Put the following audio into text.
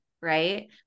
right